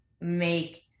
make